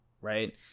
right